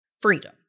freedom